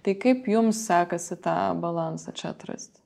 tai kaip jums sekasi tą balansą čia atrasti